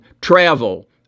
travel